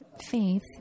faith